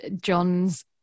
John's